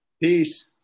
Peace